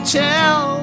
tell